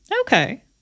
okay